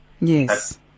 Yes